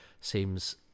seems